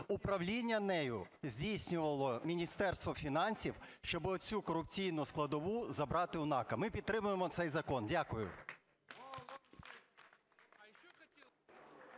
управління нею здійснювало Міністерство фінансів, щоби оцю корупційну складову забрати у НАКа. Ми підтримуємо цей закон. Дякую.